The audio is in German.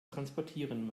transportieren